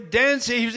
dancing